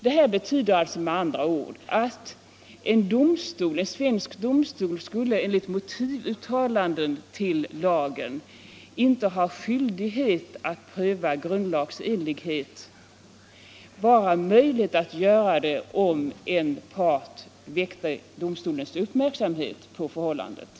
Det här be = Nr 149 tyder med andra ord att en svensk domstol enligt motivuttalanden till Fredagen den lagen inte skulle ha skyldighet att pröva grundlagsenlighet, bara ha möj 4 juni 1976 lighet att göra det om en part väckt domstolens uppmärksamhet på för: hållandet.